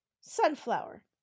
Sunflower